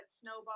snowball